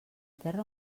terra